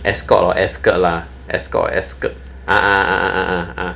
ascott or escort lah ascott escort ah ah ah ah ah